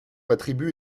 attribue